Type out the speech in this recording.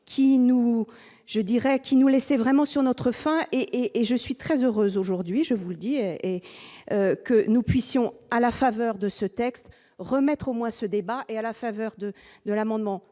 qui nous laisser vraiment sur notre faim et et je suis très heureux aujourd'hui, je vous le dis, et que nous puissions à la faveur de ce texte remettre, au moins, ce débat et à la faveur de de l'amendement